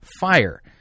fire